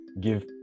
give